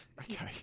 Okay